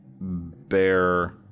bear